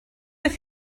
beth